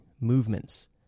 movements